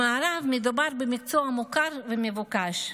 במערב מדובר במקצוע מוכר ומבוקש,